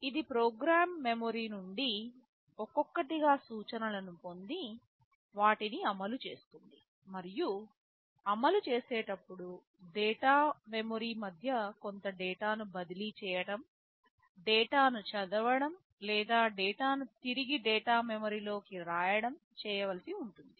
ఇది program memory నుండి ఒక్కొక్కటిగా సూచనలను పొంది వాటిని అమలు చేస్తుంది మరియు అమలు చేసేటప్పుడు డేటా మెమరీ మధ్య కొంత డేటాను బదిలీ చేయటం డేటాను చదవడం లేదా డేటాను తిరిగి డేటా మెమరీలోకి రాయడం చేయవలసి ఉంటుంది